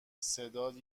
صدات